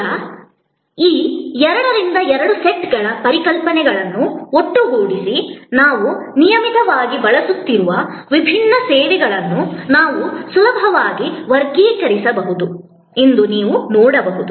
ಈಗ ಈ 2 ರಿಂದ 2 ಸೆಟ್ಗಳ ಪರಿಕಲ್ಪನೆಗಳನ್ನು ಒಟ್ಟುಗೂಡಿಸಿ ನಾವು ನಿಯಮಿತವಾಗಿ ಬಳಸುತ್ತಿರುವ ವಿಭಿನ್ನ ಸೇವೆಗಳನ್ನು ನಾವು ಸುಲಭವಾಗಿ ವರ್ಗೀಕರಿಸಬಹುದು ಎಂದು ನೀವು ನೋಡಬಹುದು